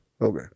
Okay